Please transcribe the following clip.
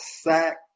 sack